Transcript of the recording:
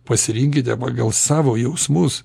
pasirinkite pagal savo jausmus